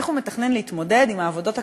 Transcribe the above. איך הוא מתכנן להתמודד עם העבודות הקשות,